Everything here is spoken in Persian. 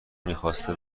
میخواسته